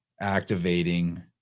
activating